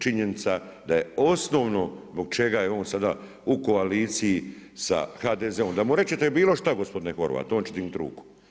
Činjenica da je osnovno zbog čega je on sada u koaliciji sa HDZ-om, da mu rečete bilo šta gospodine Horvat on će dignut ruku.